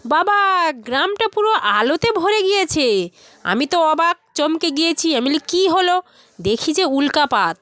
বাবা গ্রামটা পুরো আলোতে ভরে গিয়েছে আমি তো অবাক চমকে গিয়েছি আমি বলি কী হলো দেখি যে উল্কাপাত